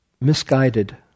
misguided